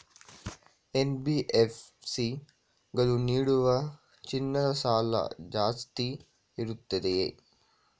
NBFC ಗಳು ನೀಡುವ ಚಿನ್ನದ ಸಾಲ ಜಾಸ್ತಿ ಇರುತ್ತದೆಯೇ?